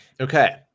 Okay